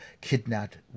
kidnapped